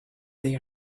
they